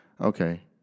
okay